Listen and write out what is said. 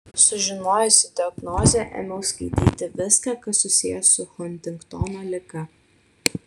sužinojusi diagnozę ėmiau skaityti viską kas susiję su huntingtono liga